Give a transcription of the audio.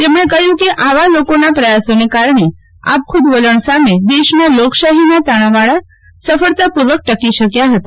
તેમણે કહ્યું કે આવા લોકોના પ્રયાસોના કારણે આપખુદ વલણ સામે દેશમાં લોકશાહીના તાણાવાણા સફળતાપૂર્વક ટકી શક્યા હતા